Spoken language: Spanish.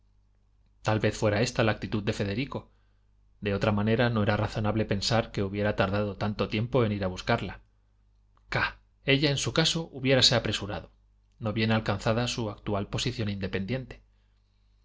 tal vez fuera ésta la actitud de federico de otra manera no era razonable pensar que hubiera tardado tanto tiempo en ir a buscarla ca ella en su caso hubiérase apresurado no bien alcanzada su actual posición independiente